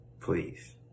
please